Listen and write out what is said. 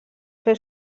fer